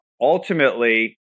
ultimately